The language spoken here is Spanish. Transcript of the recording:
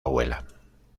abuela